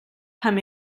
pam